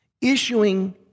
issuing